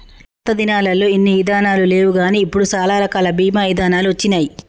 మా పాతదినాలల్లో ఇన్ని ఇదానాలు లేవుగాని ఇప్పుడు సాలా రకాల బీమా ఇదానాలు వచ్చినాయి